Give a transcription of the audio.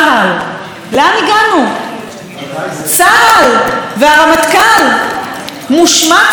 צה"ל והרמטכ"ל מושמצים כאן על ידי אחרוני חברי הכנסת,